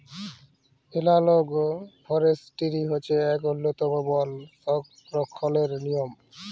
এলালগ forestry হছে ইক উল্ল্যতম বল সংরখ্খলের লিয়ম